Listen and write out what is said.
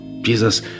Jesus